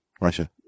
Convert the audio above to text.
russia